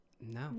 No